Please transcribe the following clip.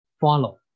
follow